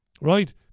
Right